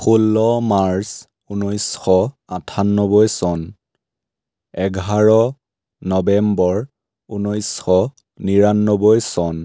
ষোল্ল মাৰ্চ ঊনৈছশ আঠান্নবৈ চন এঘাৰ নৱেম্বৰ ঊনৈছশ নিৰান্নবৈ চন